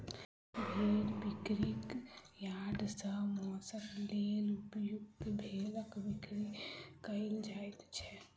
भेंड़ बिक्री यार्ड सॅ मौंसक लेल उपयुक्त भेंड़क बिक्री कयल जाइत छै